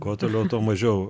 kuo toliau tuo mažiau